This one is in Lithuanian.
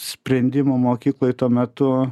sprendimų mokykloj tuo metu